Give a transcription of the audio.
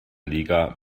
liga